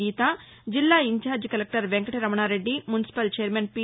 గీత జిల్లా incharge collector Venkataramanareddy municipal chairman P